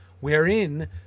wherein